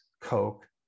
Coke